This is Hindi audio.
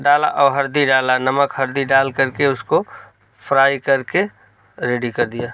डाला और हल्दी डाला नमक हरदी डाल कर के उसको फ़्राई करके रेडी कर दिया